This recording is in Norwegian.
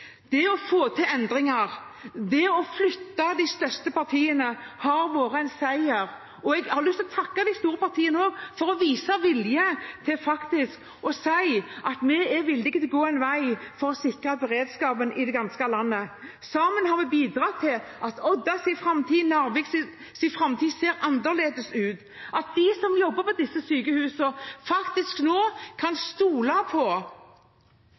det å få til endringer, det å flytte de største partiene, har vært en seier. Jeg har lyst til å takke de store partiene for å vise vilje til faktisk å si at de er villige til å gå en vei for å sikre beredskapen i det ganske land. Sammen har vi bidratt til at Oddas og Narviks framtid ser annerledes ut, at de som jobber på disse sykehusene, faktisk kan stole på